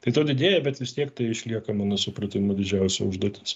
tai to didėja bet vis tiek tai išlieka mano supratimu didžiausia užduotis